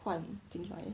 换进来